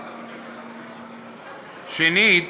שנית,